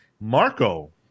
Marco